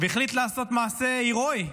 והחליט לעשות מעשה הירואי,